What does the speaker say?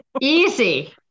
Easy